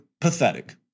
pathetic